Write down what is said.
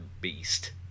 beast